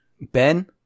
Ben